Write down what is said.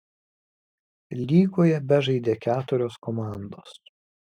lygoje bežaidė keturios komandos